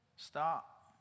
Stop